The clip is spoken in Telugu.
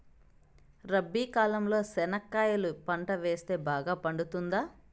రబి కాలంలో చెనక్కాయలు పంట వేస్తే బాగా పండుతుందా?